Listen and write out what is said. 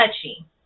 touchy